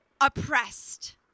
oppressed